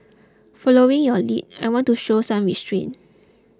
following your lead I want to show some restraint